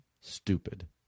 stupid